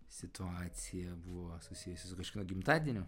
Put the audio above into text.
situacija buvo susijusi su kažkieno gimtadieniu